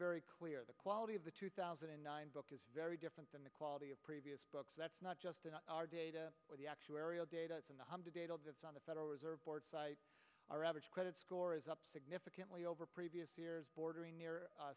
very clear the quality of the two thousand and nine book is very different than the quality of previous books that's not just in our data but the actuarial data that's on the federal reserve board our average credit score is up significantly over previous years bordering